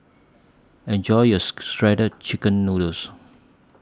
Enjoy your Shredded Chicken Noodles